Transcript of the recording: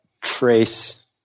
trace